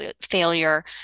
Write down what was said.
failure